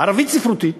ערבית ספרותית,